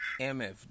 Mf